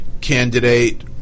candidate